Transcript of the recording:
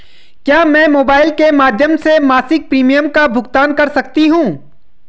क्या मैं मोबाइल के माध्यम से मासिक प्रिमियम का भुगतान कर सकती हूँ?